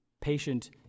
patient